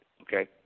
okay